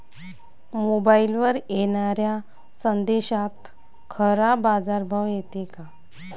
मोबाईलवर येनाऱ्या संदेशात खरा बाजारभाव येते का?